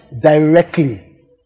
directly